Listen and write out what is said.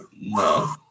No